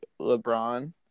LeBron